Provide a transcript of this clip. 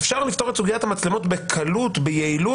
אפשר לפתור את סוגיית המצלמות בקלות וביעילות,